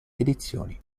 edizioni